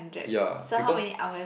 ya because